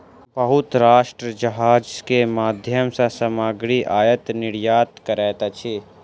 बहुत राष्ट्र जहाज के माध्यम सॅ सामग्री आयत निर्यात करैत अछि